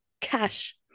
cash